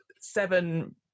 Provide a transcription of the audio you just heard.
seven